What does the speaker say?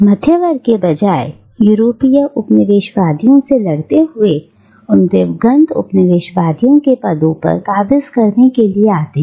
मध्यवर्ग के बजाय यूरोपीय उपनिवेश वादियों से लड़ते हुए उन दिवंगत उपनिवेशवादियों के पदों पर कब्जा करने के लिए आते हैं